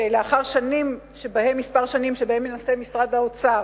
שלאחר מספר שנים שבהן מנסה משרד האוצר